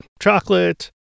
chocolate